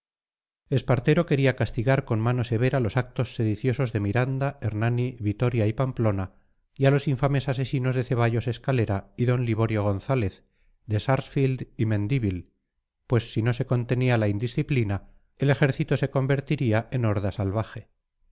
exige espartero quería castigar con mano severa los actos sediciosos de miranda hernani vitoria y pamplona y a los infames asesinos de ceballos escalera y d liborio gonzález de sarsfield y mendívil pues si no se contenía la indisciplina el ejército se convertiría en horda salvaje